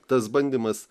tas bandymas